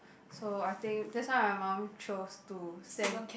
so I think that's why my mum chose to send